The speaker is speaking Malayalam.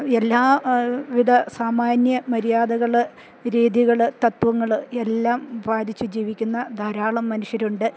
എല്ലാ വിധ സാമാന്യ മര്യാദകള് രീതികള് തത്ത്വങ്ങള് എല്ലാം പാലിച്ചു ജീവിക്കുന്ന ധാരാളം മനുഷ്യരുണ്ട്